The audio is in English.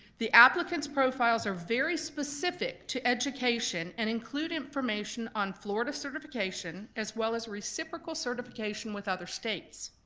the applicant's profiles are very specific to education and include information on florida certification as well as reciprocal certification with other states.